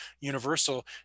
universal